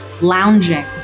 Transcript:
Lounging